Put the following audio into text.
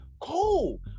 Cool